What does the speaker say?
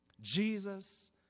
Jesus